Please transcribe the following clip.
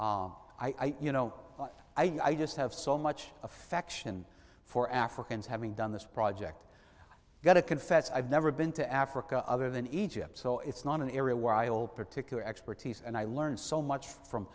up i you know i just have so much affection for africans having done this project got to confess i've never been to africa other than egypt so it's not an area where i old particular expertise and i learn so much from